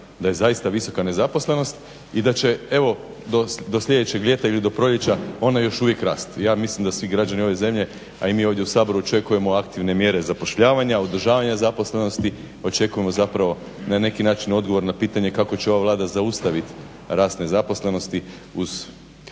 da je zaista visoka nezaposlenost i da će evo do sljedećeg ljeta ili do proljeća ona još uvijek rasti. Ja mislim da svi građani ove zemlje, a i mi ovdje u Saboru očekujemo aktivne mjere zapošljavanja, održavanja zaposlenosti očekujemo na neki način odgovor na pitanje kako će ova Vlada zaustaviti rast nezaposlenosti